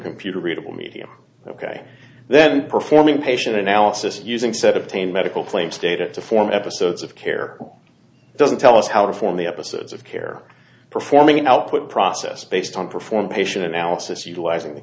computer readable media ok then performing patient analysis using said obtain medical claims data to form episodes of care doesn't tell us how to form the episodes of care performing an output process based on perform patient analysis utilizing the